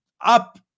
up